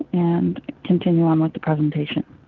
and continue on with the presentation.